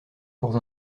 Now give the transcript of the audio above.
courts